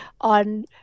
on